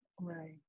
right